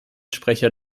sprecher